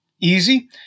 easy